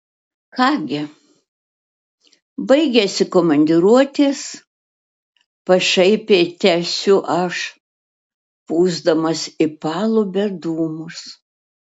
ką gi baigėsi komandiruotės pašaipiai tęsiu aš pūsdamas į palubę dūmus